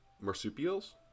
Marsupials